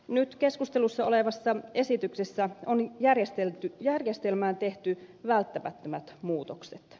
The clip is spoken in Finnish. nyt keskustelussa olevassa esityksessä on järjestelmään tehty välttämättömät muutokset